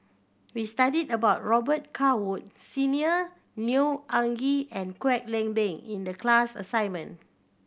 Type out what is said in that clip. we studied about Robet Carr Woods Senior Neo Anngee and Kwek Leng Beng in the class assignment